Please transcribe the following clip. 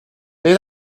they